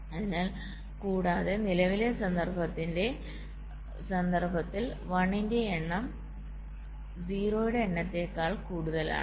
അതിനാൽ കൂടാതെ നിലവിലെ സന്ദർഭത്തിൽ1 ന്റെ എണ്ണം 0 യുടെ എണ്ണത്തേക്കാൾ 1 കൂടുതലാണ്